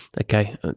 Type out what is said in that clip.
Okay